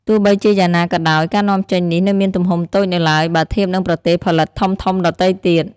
ទោះបីជាយ៉ាងណាក៏ដោយ ការនាំចេញនេះនៅមានទំហំតូចនៅឡើយ បើធៀបនឹងប្រទេសផលិតធំៗដទៃទៀត។